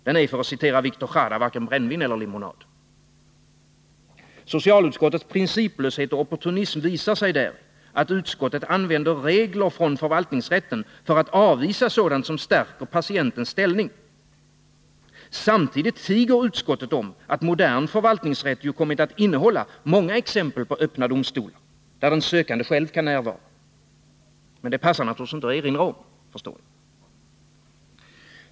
Den är, för att citera Victor Jara, varken brännvin eller lemonad. Socialutskottets principlöshet och opportunism visar sig däri, att utskottet använder regler från förvaltningsrätten för att avvisa sådant som stärker patientens ställning. Samtidigt tiger utskottet om att modern förvaltningsrätt ju kommit att innehålla många exempel på öppna domstolar, där den sökande själv kan närvara. Men detta passar naturligtvis inte att erinra om.